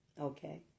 Okay